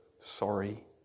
Sorry